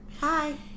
Hi